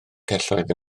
celloedd